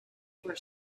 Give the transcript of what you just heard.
for